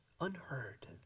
unheard